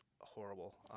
horrible